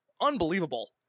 Unbelievable